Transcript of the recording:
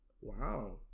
Wow